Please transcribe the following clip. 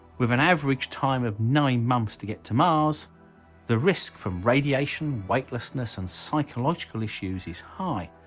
with an average time of nine months to get to mars the risk from radiation, weightlessness and psychological issues is high,